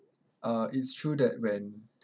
uh it's true that when